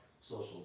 social